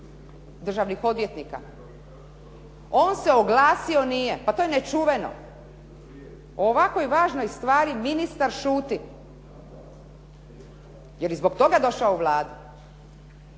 državnih odvjetnika. On se oglasio nije. Pa to je nečuveno. O ovakvoj važno stvari ministar šuti. Je li zbog toga došao u Vladu?